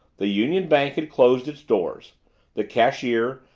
the union bank had closed its doors the cashier,